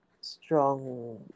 strong